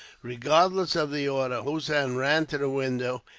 regardless of the order, hossein ran to the window,